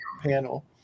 panel